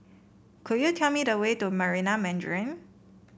could you tell me the way to Marina Mandarin